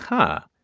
huh,